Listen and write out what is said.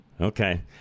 Okay